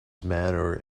manner